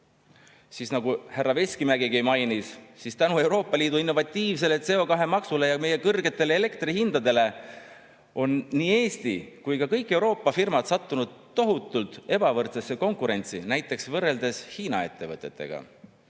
siis nagu ka härra Veskimägi mainis, tänu Euroopa Liidu innovatiivsele CO2‑maksule ja meie kõrgetele elektrihindadele on nii Eesti kui ka kõik Euroopa firmad sattunud tohutult ebavõrdsesse konkurentsi võrreldes näiteks Hiina ettevõtetega.